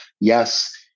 yes